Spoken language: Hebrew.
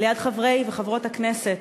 ליד חברי וחברות הכנסת,